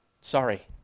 Sorry